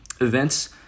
events